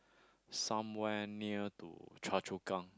somewhere near to Choa-Chu-Kang